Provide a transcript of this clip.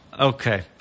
Okay